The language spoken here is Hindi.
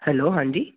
हेलो हाँ जी